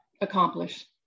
accomplish